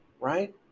right